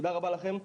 תודה רבה לכם.